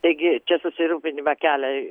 taigi čia susirūpinimą kelia